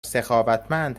سخاوتمند